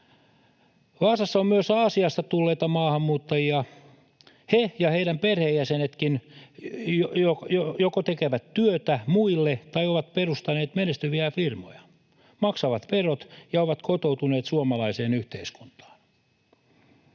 Vaasassa on myös Aasiasta tulleita maahanmuuttajia. He ja heidän perheenjäsenensäkin joko tekevät työtä muille tai ovat perustaneet menestyviä firmoja, maksavat verot ja ovat kotoutuneet suomalaiseen yhteiskuntaan.